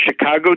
Chicago